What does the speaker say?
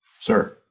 Sir